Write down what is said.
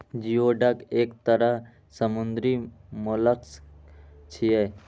geoduck एक तरह समुद्री मोलस्क छियै